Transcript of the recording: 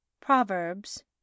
Proverbs